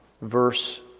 verse